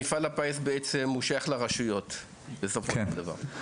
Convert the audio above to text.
מפעל הפיס בעצם הוא שייך לרשויות בסופו של דבר.